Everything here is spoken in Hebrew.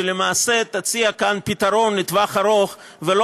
שלמעשה תציע כאן פתרון לטווח ארוך ולא